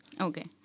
Okay